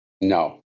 No